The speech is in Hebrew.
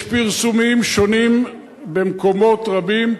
יש פרסומים שונים במקומות רבים,